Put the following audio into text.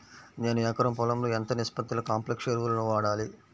నేను ఎకరం పొలంలో ఎంత నిష్పత్తిలో కాంప్లెక్స్ ఎరువులను వాడాలి?